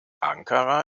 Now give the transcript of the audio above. ankara